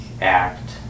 act